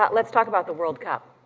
but let's talk about the world cup.